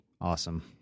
awesome